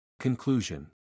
Conclusion